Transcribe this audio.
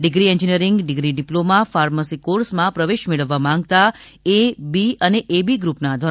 degree engineering degree diploma pharmacy કોર્સમાં પ્રવેશ મેળવવા માગતા એ બી અને એબી ગ્રુપના ધો